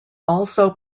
also